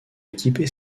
équiper